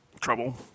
Trouble